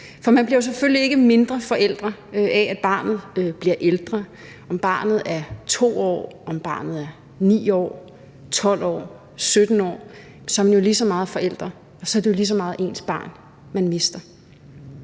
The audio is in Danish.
For man bliver selvfølgelig ikke mindre forældre af, at barnet bliver ældre. Om barnet er 2 år, om barnet er 9 år, 12 år eller 17 år, er man jo lige meget forældre, og så er det lige så meget ens barn, man mister.